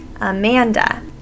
Amanda